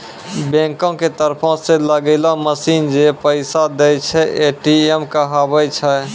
बैंको के तरफो से लगैलो मशीन जै पैसा दै छै, ए.टी.एम कहाबै छै